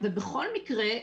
בכל מקרה,